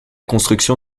construction